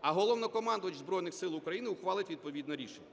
а Головнокомандувач Збройних Сил України ухвалить відповідне рішення.